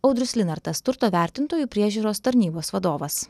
audrius linartas turto vertintojų priežiūros tarnybos vadovas